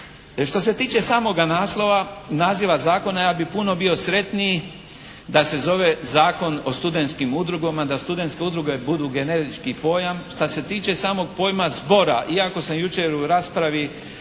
Što se tiče samoga naslova, naziva zakona ja bih puno bio sretniji da se zove Zakon o studentskim udrugama, da studentske udruge budu generički pojam. Šta se tiče samom pojma zbora iako sam jučer u raspravi